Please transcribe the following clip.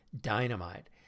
dynamite